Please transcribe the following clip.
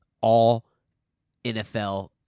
all-NFL